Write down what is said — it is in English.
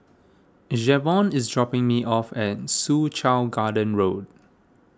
Javon is dropping me off at Soo Chow Garden Road